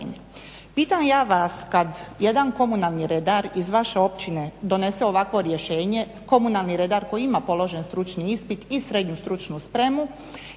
Pitam ja vas kad jedan komunalni redar iz vaše općine donese ovakvo rješenje, komunalni redar koji ima položen stručni ispit i srednju stručnu spremu